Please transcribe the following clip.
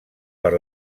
per